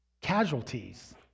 casualties